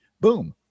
Boom